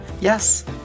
Yes